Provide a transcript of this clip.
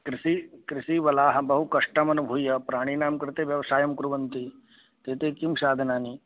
कृषिः कृषीवलाः बहुकष्टमनुभूय प्राणिनां कृते व्यवसायं कुर्वन्ति ते ते किं साधनानि